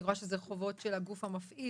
אני רואה שזה חובות של הגוף המפעיל,